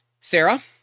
Sarah